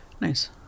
Nice